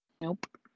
Nope